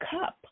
cup